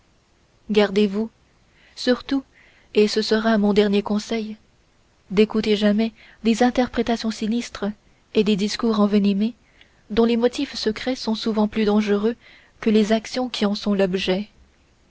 gardez-vous surtout et ce sera mon dernier conseil d'écouter jamais des interprétations sinistres et des discours envenimés dont les motifs secrets sont souvent plus dangereux que les actions qui en sont l'objet